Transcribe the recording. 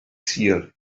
sul